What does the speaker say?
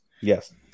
Yes